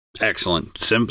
Excellent